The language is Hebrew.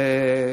תודה רבה.